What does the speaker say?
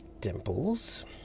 dimples